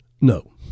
no